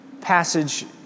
passage